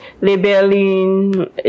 labeling